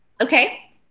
Okay